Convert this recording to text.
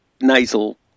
nasal